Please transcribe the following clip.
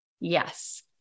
yes